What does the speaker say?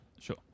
Sure